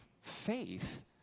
faith